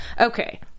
okay